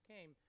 came